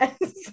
yes